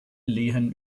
lehen